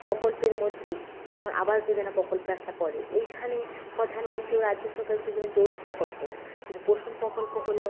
প্রকল্পের মধ্যে যেমন আবাস যোজনা প্রকল্প একটা পড়ে ওইখানে প্রধানমন্ত্রী ও রাজ্য সরকার দুজনের যৌথ প্রকল্প কিন্তু পোষণ প্রকল্প হলো